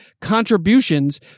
contributions